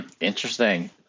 Interesting